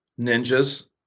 Ninjas